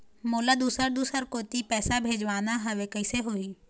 मोला दुसर दूसर कोती पैसा भेजवाना हवे, कइसे होही?